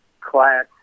class